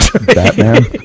Batman